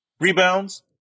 Rebounds